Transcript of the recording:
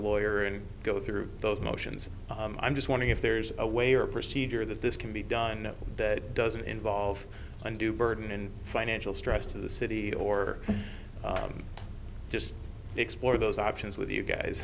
lawyer and go through those motions i'm just wondering if there's a way or procedure that this can be done that doesn't involve undue burden and financial stress to the city or just explore those options with you guys